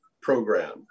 program